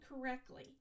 correctly